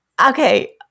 okay